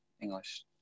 English